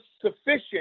sufficient